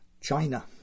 China